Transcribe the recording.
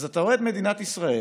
אתה רואה את מדינת ישראל